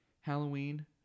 halloween